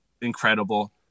incredible